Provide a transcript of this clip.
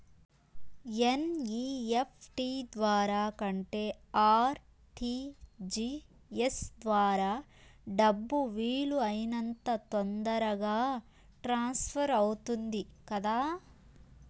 NEFT ద్వారా కంటే RTGS ద్వారా డబ్బు వీలు అయినంత తొందరగా ట్రాన్స్ఫర్ అవుతుంది కదా